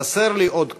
חסר לי עוד קול.